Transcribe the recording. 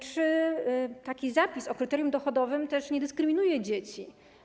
Czy taki zapis o kryterium dochodowym też nie dyskryminuje dzieci?